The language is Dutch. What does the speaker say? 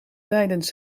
tijdens